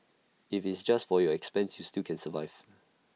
if it's just for your expenses you still can survive